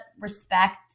respect